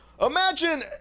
Imagine